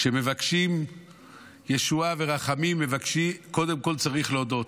כשמבקשים ישועה ורחמים, קודם כול צריך להודות,